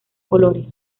colores